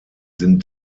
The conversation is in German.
sind